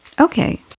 Okay